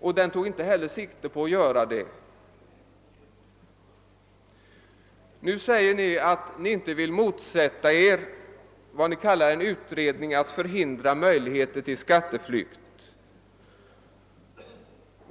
och den tog inte heller sikte på att göra det. Vidare säger de moderata, att de inte vill motsätta sig en utredning för att förhindra möjligheter till skatteflykt.